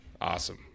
Awesome